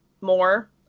more